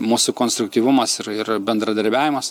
mūsų konstruktyvumas ir ir bendradarbiavimas